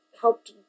helped